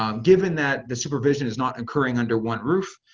um given that the supervision is not occurring under one roof,